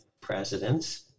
presidents